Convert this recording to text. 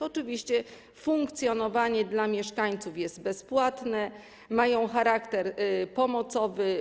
Oczywiście ich funkcjonowanie dla mieszkańców jest bezpłatne, mają charakter pomocowy.